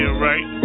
right